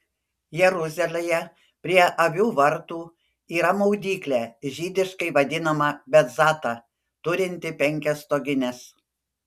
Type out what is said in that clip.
jeruzalėje prie avių vartų yra maudyklė žydiškai vadinama betzata turinti penkias stogines